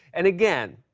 and again,